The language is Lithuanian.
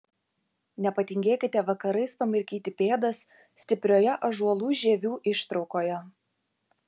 nepatingėkite vakarais pamirkyti pėdas stiprioje ąžuolų žievių ištraukoje